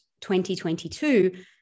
2022